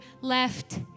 left